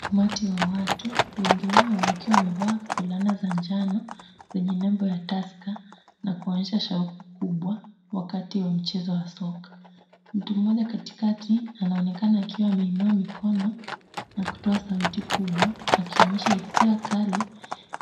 Umati wa watu, wengi wao wakiwa wamevaa fulana za njano zenye nembo ya tusker na kuonyesha shauku kubwa wakati wa mchezo wa soka. Mtu mmoja katikati anaonekana akiwa ameinua mikono na kutoa sauti kubwa, akionyesha hisia kali